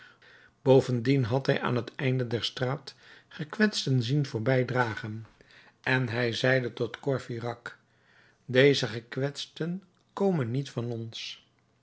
bovendien had hij aan het einde der straat gekwetsten zien voorbijdragen en hij zeide tot courfeyrac deze gekwetsten komen niet van ons